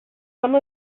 some